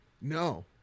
No